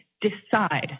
decide